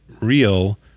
real